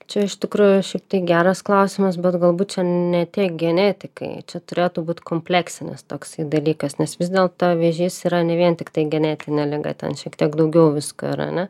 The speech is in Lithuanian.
čia iš tikrųjų šiaip tai geras klausimas bet galbūt čia ne tiek genetikai čia turėtų būti kompleksinis toksai dalykas nes vis dėlto vėžys yra ne vien tiktai genetinė liga ten šiek tiek daugiau visko yra ar ne